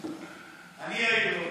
אני אעיר לו.